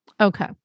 Okay